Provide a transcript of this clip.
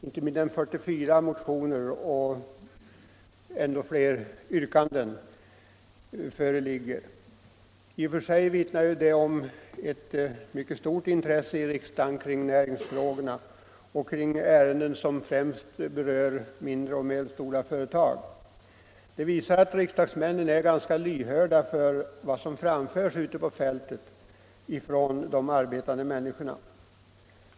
Inte mindre än 44 motioner och ännu fler yrkanden föreligger. I och för sig vittnar det om ett mycket stort intresse i riksdagen kring näringsfrågorna och kring ärenden som främst berör mindre och medelstora företag. Det visar att riksdagsledamöterna är ganska lyhörda för vad som framförs ute på fältet från de arbetande människorna.